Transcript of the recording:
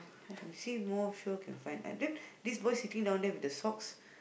you see more sure can find and then this boy here sitting down there with the socks